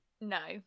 No